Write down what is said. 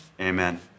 amen